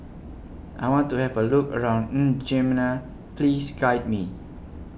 I want to Have A Look around N'Djamena Please Guide Me